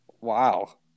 Wow